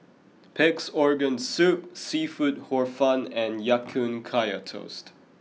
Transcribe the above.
Pig'S organ soup seafood Hor Fun and Ya Kun Kaya Toast